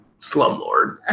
slumlord